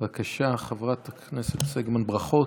בבקשה, חברת הכנסת סגמן, ברכות